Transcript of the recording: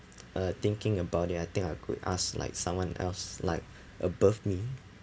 uh thinking about it I think I could ask like someone else like above me